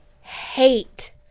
hate